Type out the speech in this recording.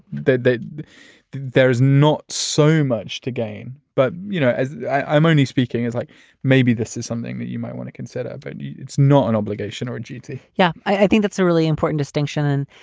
that that there's not so much to gain. but, you know, as i'm only speaking as like maybe this is something that you might want to consider. but and it's not an obligation or duty yeah, i think that's a really important distinction.